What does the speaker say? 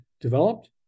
developed